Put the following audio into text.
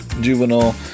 juvenile